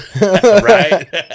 Right